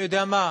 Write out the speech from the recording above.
אני יודע מה,